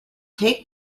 take